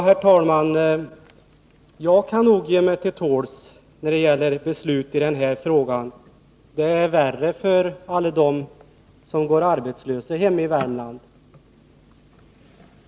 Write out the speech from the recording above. Herr talman! Jag kan nog ge mig till tåls när det gäller beslut i den här frågan. Det är värre för alla dem som går arbetslösa hemma i Värmland.